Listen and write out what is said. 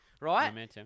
Right